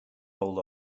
hold